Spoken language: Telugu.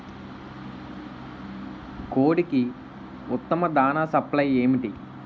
కోడికి ఉత్తమ దాణ సప్లై ఏమిటి?